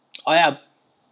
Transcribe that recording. oh ya